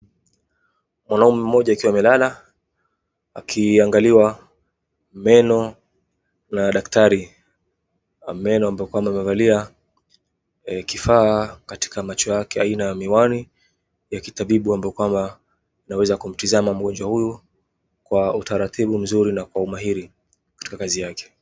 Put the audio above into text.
Mwanaume mmoja akiwa amelala, akiangaliwa meno na daktari wa meno, ambamo kwamba amevalia kifaa katika macho yake aina ya miwani ya kitabibu ambapo kwamba anaweza kumtazama mgonjwa huyu kwa utaratibu mzuri na kwa umahiri katika kazi yake.